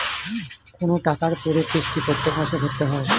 কোন টাকার পুরো কিস্তি প্রত্যেক মাসে ভরতে হয়